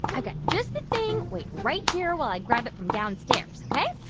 i've got just the thing. wait right here while i grab it from downstairs, ok?